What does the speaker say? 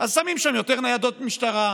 אז שמים שם יותר ניידות משטרה,